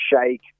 shake